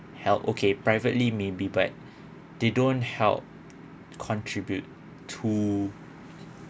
help okay privately maybe but they don't help contribute to